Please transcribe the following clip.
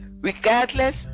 regardless